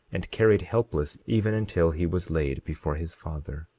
and carried helpless, even until he was laid before his father.